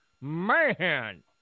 man